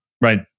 Right